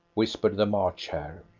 whispered the march hare.